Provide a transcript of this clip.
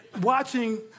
watching